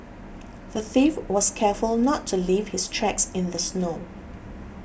the thief was careful not to leave his tracks in the snow